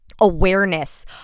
awareness